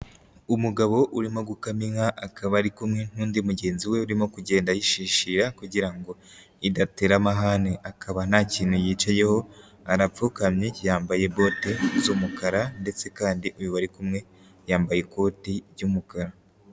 Umugabo urimo gukama inka, akaba ari kumwe n'undi mugenzi we urimo kugenda ayishishira kugira ngo idatera amahane, akaba ntakintu yicayeho, arapfukamye yambaye bote z'umukara ndetse kandi uyu bari kumwe yambaye ikoti ry'umukara.